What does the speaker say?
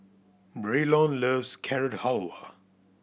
Braylon loves Carrot Halwa